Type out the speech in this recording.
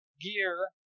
gear